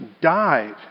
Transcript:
died